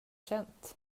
känt